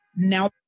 Now